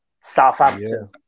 Southampton